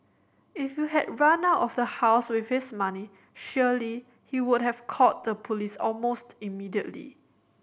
if you had run out of house with his money surely he would have called the police almost immediately